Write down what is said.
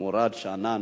מוראד שנאן.